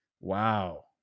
Wow